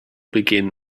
begin